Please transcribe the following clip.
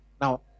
Now